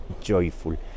joyful